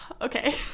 okay